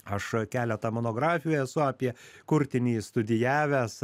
aš keletą monografijų esu apie kurtinį studijavęs